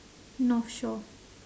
north shore